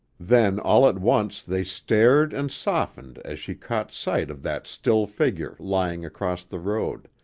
then all at once they stared and softened as she caught sight of that still figure lying across the road,